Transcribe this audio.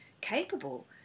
capable